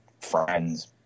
friends